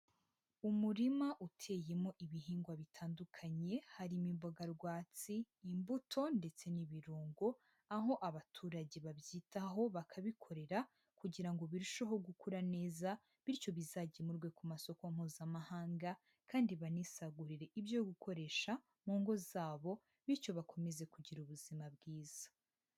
Umurima uteyemo ibihingwa bitandukanye harimo imboga rwatsi, imbuto ndetse n'ibirungo, aho abaturage babyitaho bakabikorera kugira ngo birusheho gukura neza bityo bizagemurwe ku masoko mpuzamahanga kandi banisagurire ibyo gukoresha mu ngo zabo bityo bakomeze kugira ubuzima bwiza.